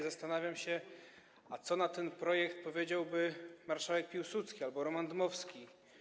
Zastanawiam się, co na ten projekt powiedzieliby marszałek Piłsudski albo Roman Dmowski.